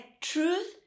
truth